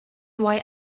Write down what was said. why